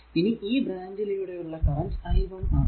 ഇനി ഈ ബ്രാഞ്ചിലൂടെ ഉള്ള കറന്റ് i 1 ആണ്